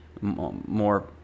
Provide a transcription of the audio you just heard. more